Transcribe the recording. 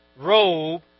robe